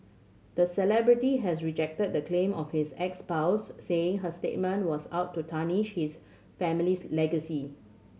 the celebrity has rejected the claim of his ex spouse saying her statement was out to tarnish his family's legacy